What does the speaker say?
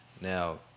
Now